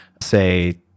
say